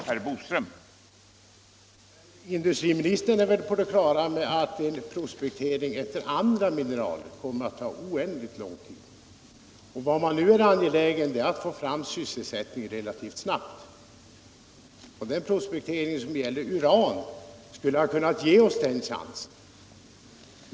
Herr talman! Industriministern är väl på det klara med att prospektering efter andra mineral än uran kommer att ta en oändligt lång tid. I Arjeplog är man angelägen om att få fram sysselsättning relativt snart. Prospektering efter uran skulle ha kunnat ge oss sysselsättning relativt snabbt.